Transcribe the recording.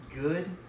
good